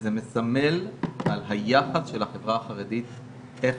וזה מסמל על היחס של החברה החרדית, איך